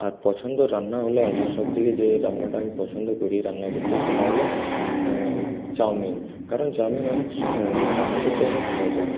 আর পছন্দের রান্না হল আমার সব থেকে যে রান্নাটা আমি পছন্দ করি রান্না করতে সেটা হল চাউমিন কারণ চাউমিন রান্না করতে অনেক সোজা